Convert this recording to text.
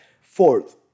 Fourth